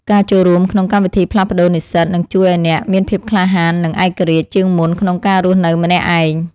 ការចូលរួមក្នុងកម្មវិធីផ្លាស់ប្តូរនិស្សិតនឹងជួយឱ្យអ្នកមានភាពក្លាហាននិងឯករាជ្យជាងមុនក្នុងការរស់នៅម្នាក់ឯង។